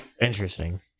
interesting